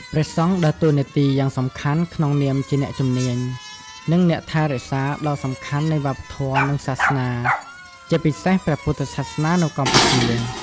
ព្រះសង្ឃដើរតួនាទីយ៉ាងសំខាន់ក្នុងនាមជា អ្នកជំនាញ និងអ្នកថែរក្សាដ៏សំខាន់នៃវប្បធម៌ និងសាសនា ជាពិសេសព្រះពុទ្ធសាសនានៅកម្ពុជា។